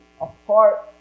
apart